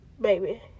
baby